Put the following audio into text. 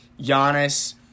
Giannis